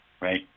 right